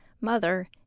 mother